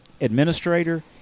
administrator